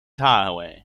highway